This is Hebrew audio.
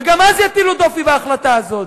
וגם אז יטילו דופי בהחלטה הזאת.